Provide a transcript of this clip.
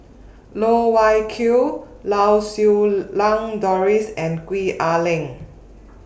Loh Wai Kiew Lau Siew Lang Doris and Gwee Ah Leng